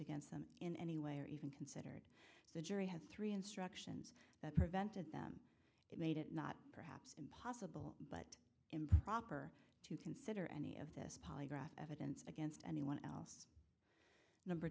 against them in any way or even can the jury had three instructions that prevented them it made it not perhaps a bill but improper to consider any of this polygraph evidence against anyone else number